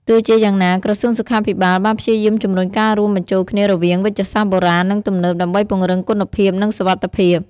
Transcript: ទោះជាយ៉ាងណា ក្រសួងសុខាភិបាលបានព្យាយាមជំរុញការរួមបញ្ចូលគ្នារវាងវេជ្ជសាស្ត្របុរាណនិងទំនើបដើម្បីពង្រឹងគុណភាពនិងសុវត្ថិភាព។